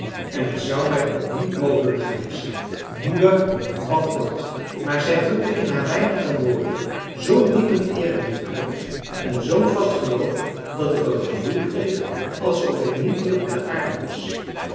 en het zou mij ook niet mogelijk geweest zijn moeder bad kort maar zij drukte in haar weinige woorden zoo'n diepen eerbied uit en zoo'n vast geloof dat ik een gevoel kreeg alsof ik niet meer op de aarde was